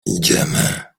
idziemy